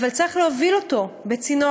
אבל צריך להוביל אותו בצינור.